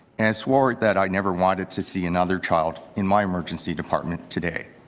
and swore that i never wanted to see another child in my emergency department today,